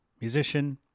musician